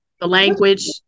language